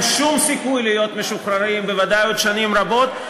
שום סיכוי להיות משוחררים בוודאי עוד שנים רבות,